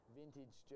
vintage